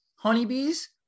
Honeybees